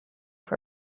for